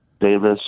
Davis